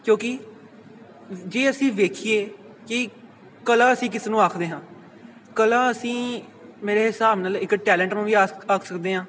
ਕਿਉਂਕਿ ਜੇ ਅਸੀਂ ਵੇਖੀਏ ਕਿ ਕਲਾ ਅਸੀਂ ਕਿਸ ਨੂੰ ਆਖਦੇ ਹਾਂ ਕਲਾ ਅਸੀਂ ਮੇਰੇ ਹਿਸਾਬ ਨਾਲ ਇੱਕ ਟੈਲੈਂਟ ਨੂੰ ਵੀ ਆਕ ਆਖ ਸਕਦੇ ਹਾਂ